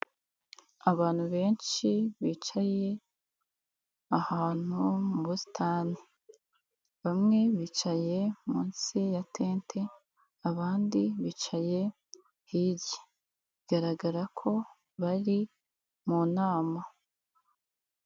Abantu benshi bicaye ahantu mu busitani, bamwe bicaye munsi ya tente abandi bicaye hirya, bigaragara ko bari mu nama.